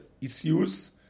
issues